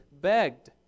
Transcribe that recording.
begged